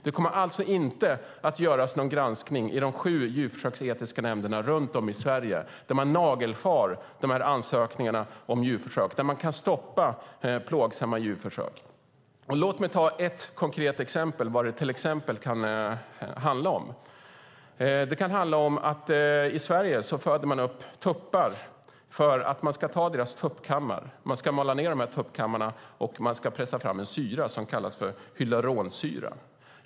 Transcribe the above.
Det kommer alltså inte att göras någon granskning i de sju djurförsöksetiska nämnderna runt om i Sverige där man nagelfar ansökningar om djurförsök och där man kan stoppa plågsamma djurförsök. Låt mig ta ett konkret exempel på vad det kan handla om. I Sverige föder man upp tuppar för att ta deras tuppkammar, mala ned dem och pressa fram en syra som kallas hyaluronsyra.